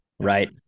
Right